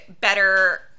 better